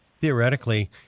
theoretically